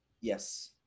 Yes